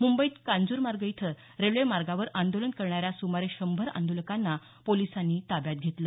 मुंबईत कांजूरमार्ग इथं रेल्वेमार्गावर आंदोलन करणाऱ्या सुमारे शंभर आंदोलकांना पोलिसांनी ताब्यात घेतलं